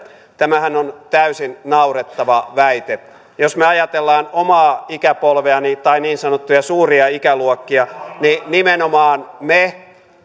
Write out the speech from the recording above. tämähän on täysin naurettava väite jos me ajattelemme omaa ikäpolveani tai niin sanottuja suuria ikäluokkia niin nimenomaan me